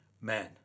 man